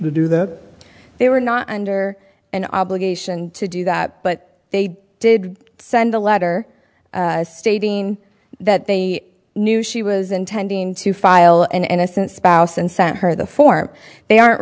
to do that they were not under an obligation to do that but they did send a letter stating that they knew she was intending to file an innocent spouse and sent her the form they are